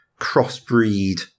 crossbreed